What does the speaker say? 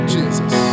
Jesus